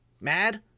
mad